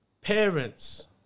Parents